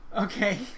okay